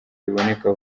riboneka